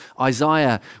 Isaiah